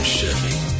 Chevy